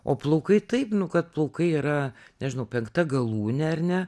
o plaukai taip nu kad plaukai yra nežinau penkta galūnė ar ne